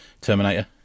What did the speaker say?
terminator